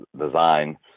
design